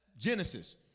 Genesis